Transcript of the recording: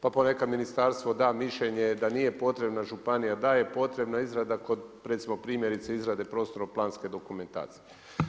Pa ponekad da ministarstvo da mišljenje da nije potrebna županija, da je potrebna izrada kod recimo primjerice izrade prostorno-planske dokumentacije.